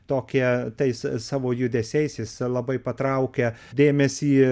tokią tais savo judesiais jis labai patraukia dėmesį